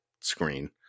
screen